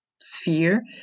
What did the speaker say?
sphere